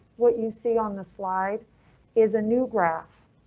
what you see on the slide is a new graph.